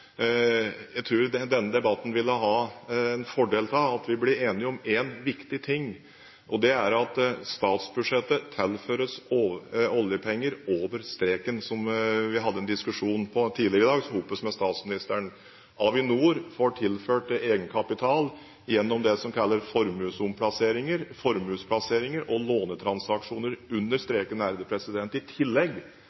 Jeg tror det i denne debatten vil være en fordel om vi blir enige om én viktig ting: Statsbudsjettet tilføres oljepenger over streken, som vi hadde en diskusjon om tidligere i dag med statsministeren. Avinor får tilført egenkapital gjennom det som kalles formuesomplasseringer, formuesplasseringer og lånetransaksjoner